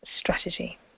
strategy